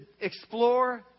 explore